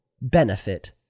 benefit